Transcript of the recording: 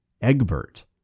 Egbert